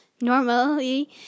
normally